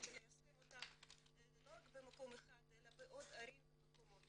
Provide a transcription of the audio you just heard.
וליישם אותן לא רק במקום אחד אלא בעוד ערים ומקומות.